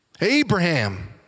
Abraham